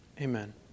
amen